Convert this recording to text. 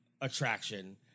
attraction